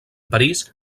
parís